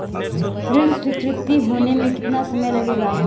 ऋण स्वीकृति होने में कितना समय लगेगा?